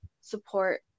support